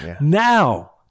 Now